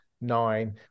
nine